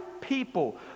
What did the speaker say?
people